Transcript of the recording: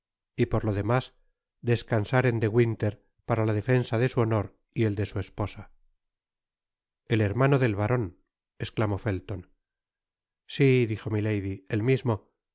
y por lo demás descansad en de winter para la defensa de su honor y el de su esposa el hermano del baron esclamó felton si dijo milady el mismo